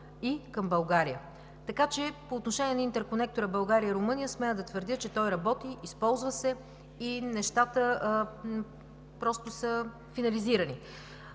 и към България. Така че по отношение интерконектора България – Румъния, смея да твърдя, че той работи, използва се и нещата са финализирани.